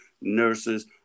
nurses